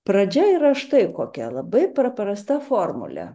pradžia yra štai kokia labai paprasta formulė